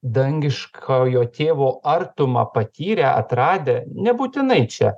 dangiškojo tėvo artumą patyrę atradę nebūtinai čia